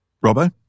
Robo